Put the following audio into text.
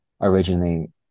originally